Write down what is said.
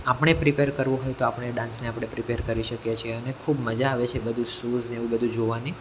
આપણે પ્રિપેર કરવું હોય તો આપણે એ ડાન્સને આપણે પ્રિપેર કરી શકીએ છીએ અને ખૂબ મજા આવે છે શોઝ ને એવું બધું જોવાની